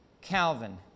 Calvin